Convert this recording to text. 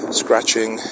scratching